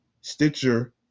Stitcher